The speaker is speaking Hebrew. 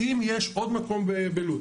ואם יש עוד מקום בלוד,